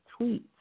tweets